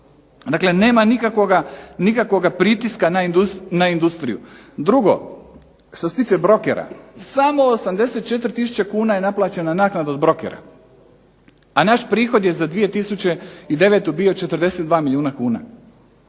Dakle, nema nikakvoga pritiska na industriju. Drugo, što se tiče brokera, samo 84 tisuće kn je naplaćena naknada od brokera, a naš prihod je za 2009. bio 42 milijuna kuna.